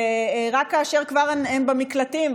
ורק כאשר כבר הן במקלטים,